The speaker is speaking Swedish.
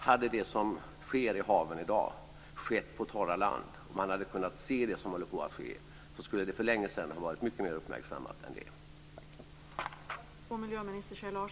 Om det som sker i haven i dag hade skett på torra land och man hade kunnat se det som håller på att ske skulle det för längesedan ha varit mycket mer uppmärksammat än vad det är.